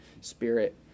spirit